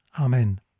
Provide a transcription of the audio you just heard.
Amen